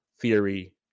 theory